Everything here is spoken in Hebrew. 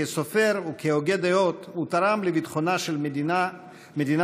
כסופר וכהוגה דעות הוא תרם לביטחונה של מדינת